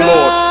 Lord